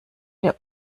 der